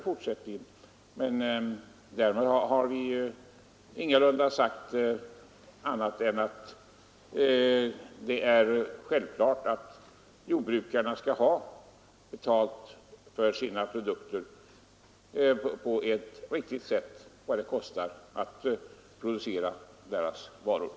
Men därmed har vi ingalunda sagt annat än att det är självklart att jordbrukarna skall ha betalt för vad det kostar att producera varorna.